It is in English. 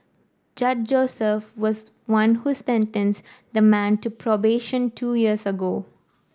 Judge Joseph was one who sentenced the man to probation two years ago